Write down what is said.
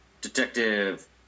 Detective